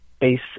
base